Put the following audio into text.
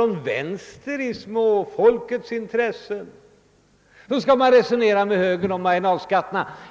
angripas från vänster i småfolkets intresse, skall man resonera med högern om marginalskatterna.